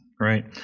Right